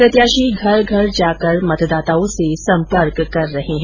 प्रत्याशी घर घर जाकर मतदाताओं से सम्पर्क कर रहे है